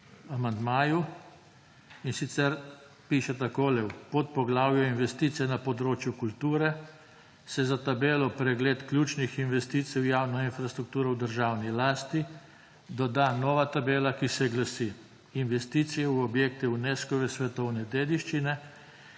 predlaga, in sicer piše takole: »V podpoglavju Investicije na področju kulture se za tabelo Pregled ključnih investicij v javno infrastrukturo v državni lasti doda nova tabela, ki se glasi: Investicije v objekte Unescove svetovne dediščine